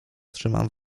trzymam